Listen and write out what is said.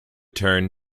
turn